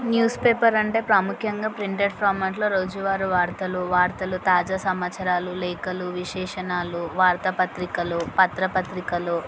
news paper అంటే ప్రాముఖ్యంగా printer ఫార్మాట్లో రోజు వారీ వార్తలు వార్తలు తాజా సమాచారాలు లేఖలు విశేషణాలు వార్తా పత్రికలు పత్ర పత్రికలు